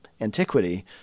antiquity